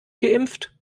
geimpft